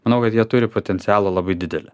manau kad jie turi potencialą labai didelį